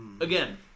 Again